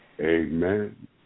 Amen